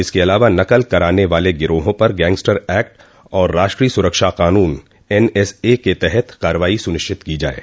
इसके अलावा नकल कराने वाले गिरोहों पर गैंगस्टर एक्ट और राष्ट्रीय सुरक्षा क़ानून एनएसए के तहत कार्यवाही सुनिश्चित की जाये